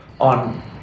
on